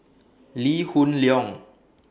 Lee Hoon Leong